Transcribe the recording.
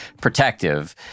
protective